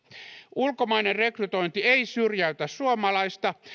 ulkomainen rekrytointi ei syrjäytä suomalaista